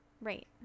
Right